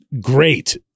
great